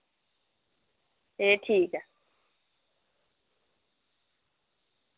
ए ठीक ऐ